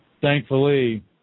Thankfully